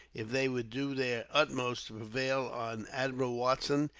if they would do their utmost to prevail on admiral watson,